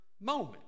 moment